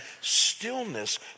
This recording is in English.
stillness